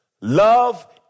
Love